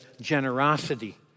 generosity